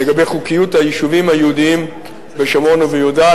לגבי חוקיות היישובים היהודיים בשומרון וביהודה,